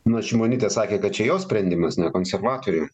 na šimonytė sakė kad čia jos sprendimas ne konservatorių